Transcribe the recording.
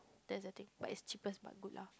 that's the thing but is cheapest but good lah